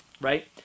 right